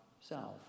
self